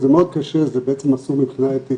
זה מאוד קשה, זה בעצם אסור מבחינה אתית